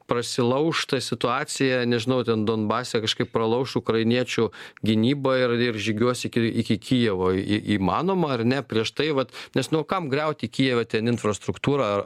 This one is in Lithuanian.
prasilauš ta situacija nežinau ten donbase kažkaip pralauš ukrainiečių gynybą ir ir žygiuos iki iki kijevo į įmanoma ar ne prieš tai vat nes nu kam griauti kijeve ten infrastruktūrą ar